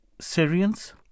Syrians